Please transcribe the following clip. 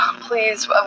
Please